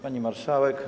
Pani Marszałek!